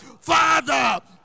Father